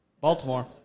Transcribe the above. Baltimore